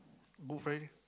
buffet